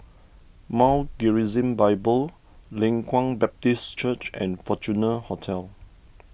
Mount Gerizim Bible Leng Kwang Baptist Church and Fortuna Hotel